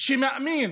שמאמין